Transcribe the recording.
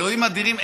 אלוהים אדירים,